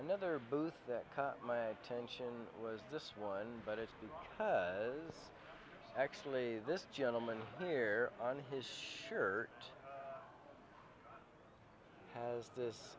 another booth that caught my attention was this one but it's because actually this gentleman here on his shirt has th